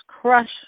crush